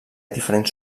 diferents